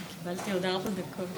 כבוד היושב-ראש,